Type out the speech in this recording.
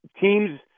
teams